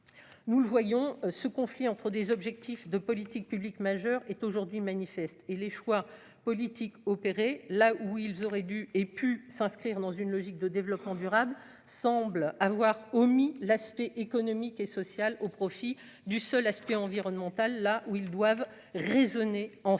nous le voyons ce conflit entre des objectifs de politique publique majeur est aujourd'hui manifeste et les choix politiques opéré là où ils auraient dû et pu s'inscrire dans une logique de développement durable semble avoir omis l'aspect économique et social au profit du seul aspect environnemental, là où ils doivent raisonner ensemble.